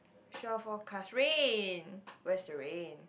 shore forecast rain where's the rain